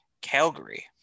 Calgary